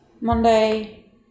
monday